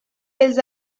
als